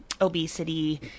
obesity